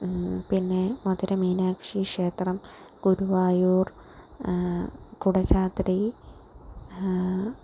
പിന്നെ മധുരമീനാക്ഷി ക്ഷേത്രം ഗുരുവായൂർ കുടജാത്രി